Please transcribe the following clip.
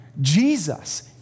Jesus